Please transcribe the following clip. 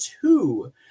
two